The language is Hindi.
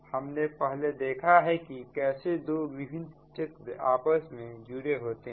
हमने पहले देखा है कि कैसे दो विभिन्न क्षेत्र आपस में जुड़े होते हैं